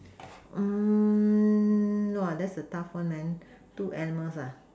mm no ah that's a tough one man two animals ah